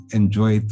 enjoy